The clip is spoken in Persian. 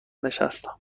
نشستم